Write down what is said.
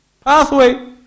pathway